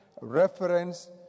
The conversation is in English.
reference